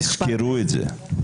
תזכרו את זה.